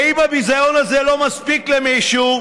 ואם הביזיון הזה לא מספיק למישהו,